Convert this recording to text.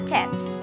Tips